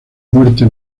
muerte